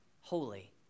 holy